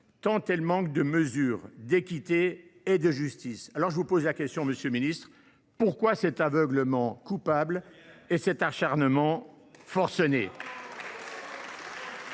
tant elle manque de mesure, d’équité et de justice. Je vous pose la question, monsieur le ministre : pourquoi cet aveuglement coupable et cet acharnement forcené ?